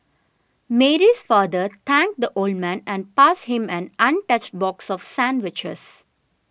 Mary's father thanked the old man and passed him an untouched box of sandwiches